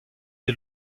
est